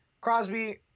Crosby